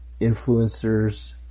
Influencers